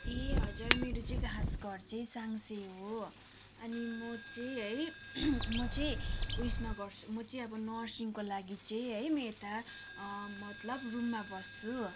ए हजुर मेरो चाहिँ खास घर चाहिँ साङ्से हो अनि म चाहिँ है म चाहिँ उएसमा गर्छु म चाहिँ अब नर्सिङको लागि चाहिँ है म यता मतलब रुममा बस्छु